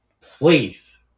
Please